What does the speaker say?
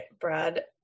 brad